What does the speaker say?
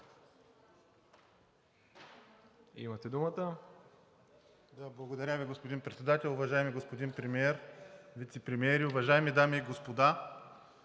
(ДПС): Благодаря Ви, господин Председател. Уважаеми господин Премиер, вицепремиери, уважаеми дами и господа!